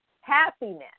happiness